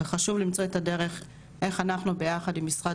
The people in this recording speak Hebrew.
וחשוב למצוא את הדרך איך אנחנו ביחד עם משרד